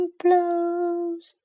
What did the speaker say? blows